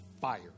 fire